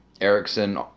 Erickson